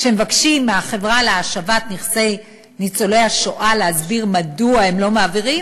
כשמבקשים מהחברה להשבת נכסי נספי השואה להסביר מדוע הם לא מעבירים,